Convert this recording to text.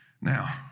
Now